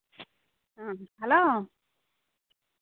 ᱦᱩᱸ ᱦᱮᱞᱳ